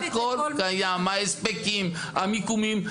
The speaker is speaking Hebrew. הכול קיים, מה ההספקים, המיקומים.